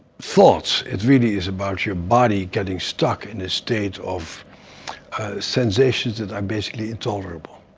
thoughts. it really is about your body getting stuck in a state of sensations that are basically intolerable.